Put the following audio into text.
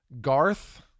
Garth